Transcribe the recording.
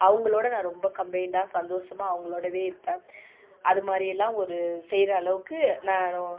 அவங்களோட நான் ரொம்ப கம்பைன்டாக சந்தோஷமாக அவங்களோட இருப்பேன் அது மாதிரி எல்லாம் ஒரு செய்கிற அளவுக்கு நானும்